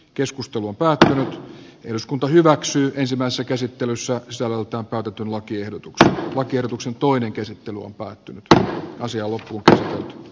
keskustelu päättää eduskunta hyväksyy ensimmäisessä käsittelyssä sulauttaa tutun lakiehdotukseen lakiehdotuksen toinen käsitteluun päättyy tähän asiaan loppukesä on